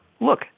look